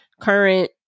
current